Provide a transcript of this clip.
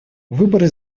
выборы